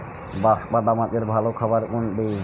বাঁশপাতা মাছের ভালো খাবার কোনটি?